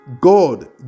God